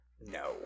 No